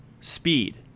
speed